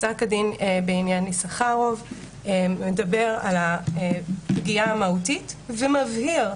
פסק הדין בעניין יששכרוב מדבר על הפגיעה המהותית ומבהיר.